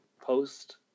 post